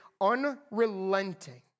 unrelenting